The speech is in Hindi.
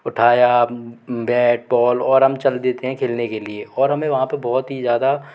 उथाया बैट बॉल और हम सब जाते हैं खेलने के लिए हमें यहाँ पर बहुत ही ज़्यादा